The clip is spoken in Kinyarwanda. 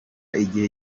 igihe